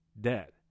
dead